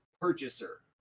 purchaser